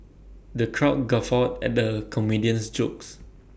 the crowd guffawed at the comedian's jokes